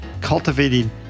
cultivating